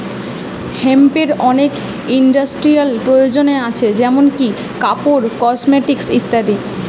হেম্পের অনেক ইন্ডাস্ট্রিয়াল প্রয়োজন আছে যেমনি কাপড়, কসমেটিকস ইত্যাদি